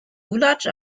lulatsch